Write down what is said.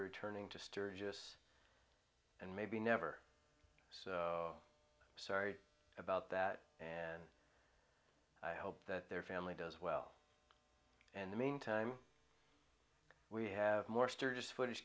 returning to sturgis and maybe never so sorry about that and i hope that their family does well in the meantime we have more sturgis footage